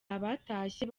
abatashye